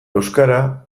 euskara